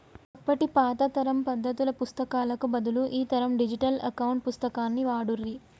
ఒకప్పటి పాత తరం పద్దుల పుస్తకాలకు బదులు ఈ తరం డిజిటల్ అకౌంట్ పుస్తకాన్ని వాడుర్రి